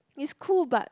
it's cool but